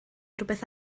rhywbeth